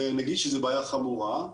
ונגיד שזו בעיה חמורה,